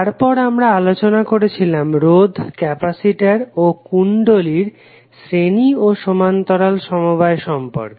তারপর আমরা আলোচনা করেছিলাম রোধ ক্যাপাসিটর ও কুণ্ডলীর resistor capacitor and inductor শ্রেণী ও সমান্তরাল সমবায় সম্পর্কে